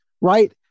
Right